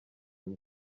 umwe